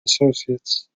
associates